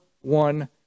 one